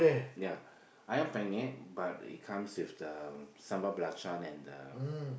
ya ayam-penyet but it comes with the sambal balacan and the